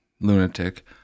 lunatic